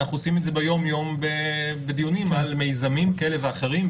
ואנחנו עושים את זה ביומיום בדיונים על מיזמים כאלה ואחרים,